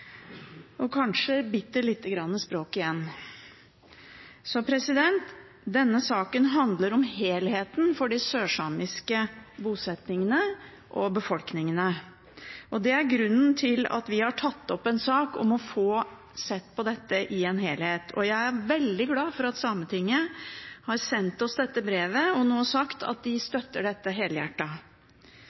og kanskje bitte lite grann språk igjen. Denne saken handler om helheten for de sørsamiske bosettingene og befolkningene. Det er grunnen til at vi har tatt opp en sak om å se på dette i en helhet. Jeg er veldig glad for at Sametinget har sendt oss dette brevet – og nå sagt at de støtter dette